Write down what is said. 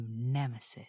nemesis